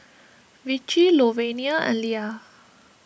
Vicy Louvenia and Lia